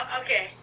Okay